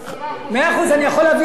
10% מזה ו-10% מזה.